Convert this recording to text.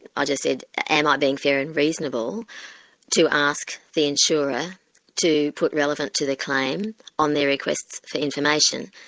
ah just said, am i being fair and reasonable to ask the insurer to put relevant to the claim on their requests for information?